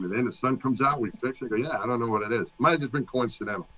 and and sun comes out, we like yeah don't know what it is. might just be coincidental.